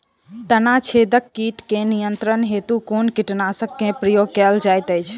तना छेदक कीट केँ नियंत्रण हेतु कुन कीटनासक केँ प्रयोग कैल जाइत अछि?